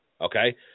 Okay